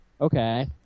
Okay